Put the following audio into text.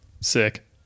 Sick